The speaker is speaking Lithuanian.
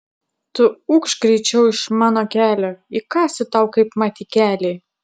tu ukš greičiau iš mano kelio įkąsiu tau kaipmat į kelį